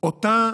אותה